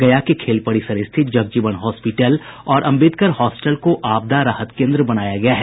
गया के खेल परिसर स्थित जगजीवन हॉस्पीटल और अम्बेडकर हॉस्टल को आपदा राहत केंद्र बनाया गया है